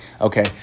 Okay